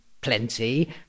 plenty